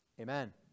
Amen